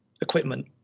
equipment